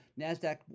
NASDAQ